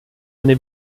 eine